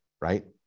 right